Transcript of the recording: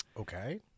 Okay